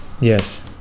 Yes